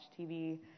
TV